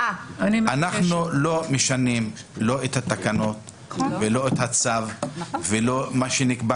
אנחנו לא משנים לא את התקנות ולא את הצו ולא מה שנקבע